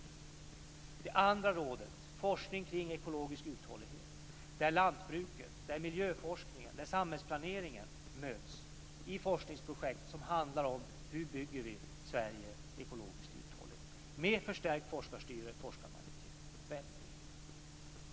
I det andra rådet, forskning kring ekologisk uthållighet, möts lantbruket, miljöforskningen och samhällsplaneringen i forskningsprojekt som handlar om hur vi bygger Sverige ekologiskt uthålligt med förstärkt forskarstyre med forskarmajoritet.